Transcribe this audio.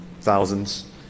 thousands